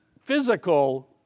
physical